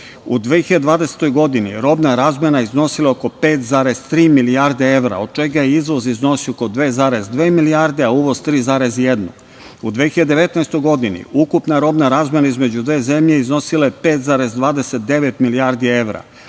U 2020. godini robna razmena iznosila je oko 5,3 milijarde evra, od čega je izvoz iznosio oko 2,2 milijarde, a uvoz 3,1. U 2019. godini ukupna robna razmena između dve zemlje iznosila je 5,29 milijardi evra.